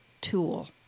tool